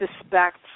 suspect